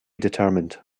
determined